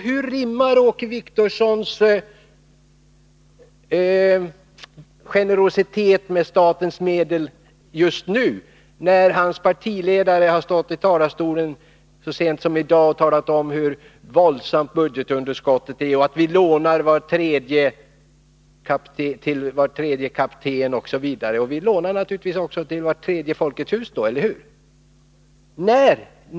Hur rimmar Åke Wictorssons generositet med statens medel just nu, när hans partiledare stått i talarstolen så sent som i dag och talat om hur våldsamt budgetunderskottet är. Han sade att vi lånar till var tredje kapten osv. Vi lånar då naturligtvis också till vart tredje Folkets hus. Eller hur?